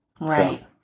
Right